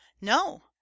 no